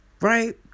right